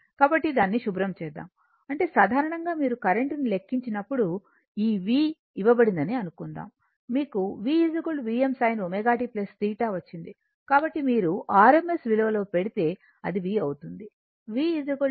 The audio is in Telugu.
కాబట్టి దానిని శుభ్రం చేద్దాం అంటే సాధారణంగా మీరు కరెంట్ ను లెక్కించేటప్పుడు ఈ v ఇవ్వబడిందని అనుకుందాం మీకు v Vm sin ω t θ వచ్చింది కాబట్టి మీరు rms విలువలో పెడితే అది v అవుతుంది v Vm √ 2 మరియు θ కోణం